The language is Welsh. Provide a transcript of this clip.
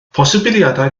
posibiliadau